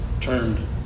turned